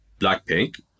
Blackpink